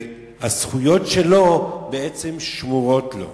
והזכויות שלו בעצם שמורות לו.